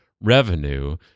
revenue